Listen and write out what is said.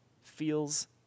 feels